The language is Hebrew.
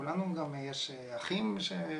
לכולנו יש גם אחים שגם,